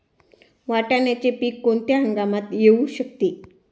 वाटाण्याचे पीक कोणत्या हंगामात येऊ शकते?